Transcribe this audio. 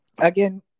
again